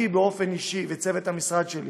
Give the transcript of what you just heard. אני באופן אישי וצוות המשרד שלי